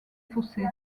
fossés